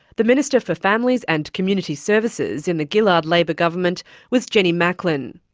the minister for families and community services in the gillard labor government was jenny macklin.